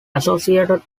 associated